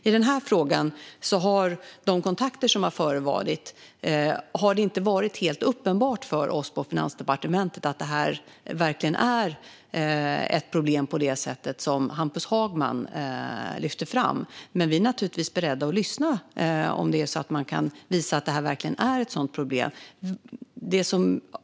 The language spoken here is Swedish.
I den här frågan har det i de kontakter som förevarit inte varit helt uppenbart för oss på Finansdepartementet att detta verkligen är ett problem på det sätt som Hampus Hagman lyfter fram. Vi är dock naturligtvis beredda att lyssna om man kan visa att detta verkligen är ett sådant problem.